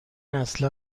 اصلا